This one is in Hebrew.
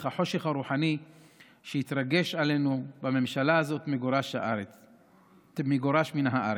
איך החושך הרוחני שהתרגש עלינו בממשלה הזאת מגורש מן הארץ.